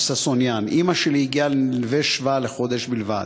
אימא שלי הגיעה ל"נווה שבא" לחודש בלבד.